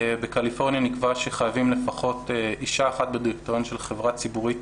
בקליפורניה נקבע שחייבים לפחות אישה אחת בדירקטוריון של חברה ציבורית